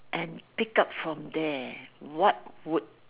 and pick up from there what would